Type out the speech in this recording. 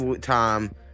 time